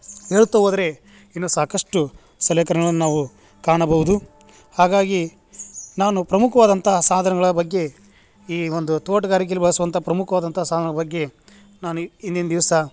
ಹೇಳುತ್ತಾ ಹೋದ್ರೆ ಇನ್ನೂ ಸಾಕಷ್ಟು ಸಲಕರಣೆಗಳನ್ನು ನಾವು ಕಾಣಬೌದು ಹಾಗಾಗಿ ನಾನು ಪ್ರಮುಖವಾದಂತಹ ಸಾಧನಗಳ ಬಗ್ಗೆ ಈ ಒಂದು ತೋಟ್ಗಾರಿಕೆಯಲ್ಲಿ ಬಳಸುವಂಥ ಪ್ರಮುಖವಾದಂಥ ಸಾಧನ ಬಗ್ಗೆ ನಾನು ಇಂದಿನ ದಿವಸ